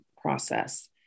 process